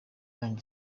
yanjye